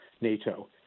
NATO